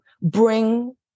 bring